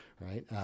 right